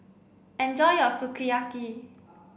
enjoy your Sukiyaki